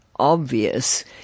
Obvious